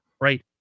right